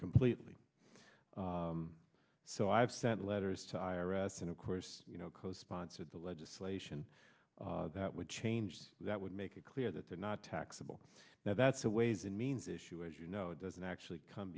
completely so i've sent letters to i r s and of course you know co sponsored the legislation that would change that would make it clear that they're not taxable now that's a ways and means issue as you know it doesn't actually come